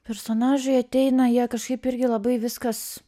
personažai ateina jie kažkaip irgi labai viskas